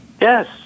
Yes